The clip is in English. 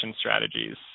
strategies